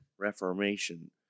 Reformation